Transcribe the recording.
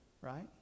right